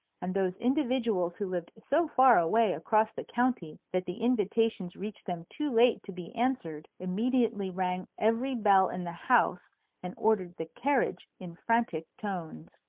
and those individuals who lived so far away across the county that the invitations reached them too late to be answered, immediately rang every bell in the house and ordered the carriage in frantic tones.